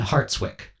Hartswick